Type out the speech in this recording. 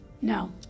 No